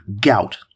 gout